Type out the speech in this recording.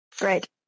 great